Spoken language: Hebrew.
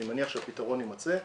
אני מניח שהפתרון יימצא,